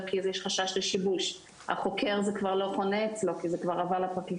כי יש חשש לשיבוש; החוקר זה כבר לא חונה אצלו כי זה כבר עבר לפרקליטות.